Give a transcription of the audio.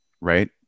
right